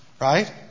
right